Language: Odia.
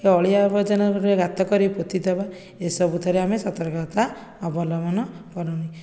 ଅଳିଆ ଆବର୍ଜନା ଗୋଟିଏ ଗାତ କରି ପୋତି ଦେବା ଏସବୁଥିରେ ଆମେ ସତର୍କତା ଅବଲମ୍ବନ କରିବା